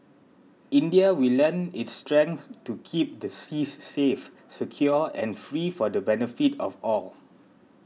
India will lend its strength to keep the seas safe secure and free for the benefit of all